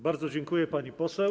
Bardzo dziękuję, pani poseł.